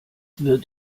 wird